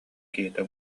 киһитэ